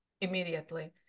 immediately